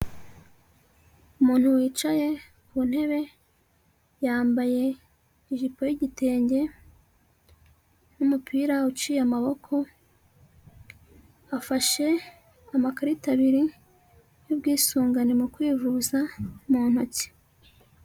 Umuntu wicaye, ku ntebe yambaye ijipo y'igitenge n'umupira uciye amaboko, afashe amakarita abiri, y'ubwisungane mu kwivuza mu ntoki.